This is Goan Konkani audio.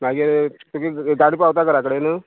मागीर तुगे गाडी पावता घराकडेन